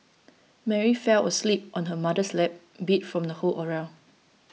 Mary fell asleep on her mother's lap beat from the whole